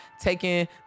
taking